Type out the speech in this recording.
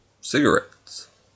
cigarettes